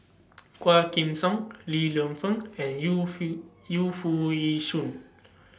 Quah Kim Song Li Lienfung and Yu feel Yu Foo Yee Shoon